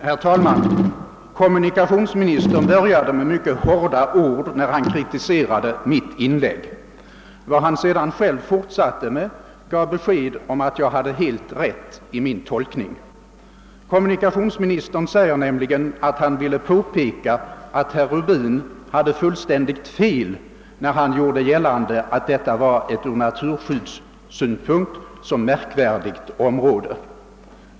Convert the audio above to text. Herr talman! Kommunikationsministern började med mycket hårda ord när han kritiserade mitt inlägg. Vad han fortsättningsvis sade gav emellertid besked om att jag hade helt rätt i min tolkning. Kommunikationsministern säger att han ville påpeka att herr Rubin hade fullständigt fel när han gjorde gällande att detta var ett ur naturskyddssynpunkt så märkvärdigt område.